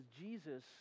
Jesus